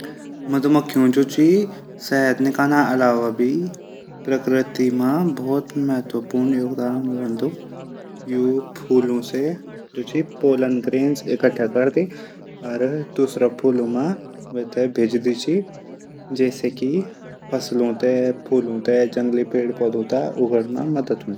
मधुमक्खियों जू शहद निकलना अलावा भी प्रकृत्ति मा बहुत महत्वपूर्ण योगदान हूंदू। ऊ फूलो से पोलनगीरन्स इकठा करदी। अर दूसरा फूला मा वेथे भिजदा छन। जैसे कि फसलों थै फेलों थै पेडों थै उगने मा मदद करदन।